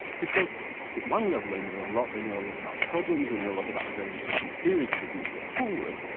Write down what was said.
because at one level they know a lot they know a lot about problems, they know a lot about the various different theories that have been put forward.